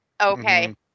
okay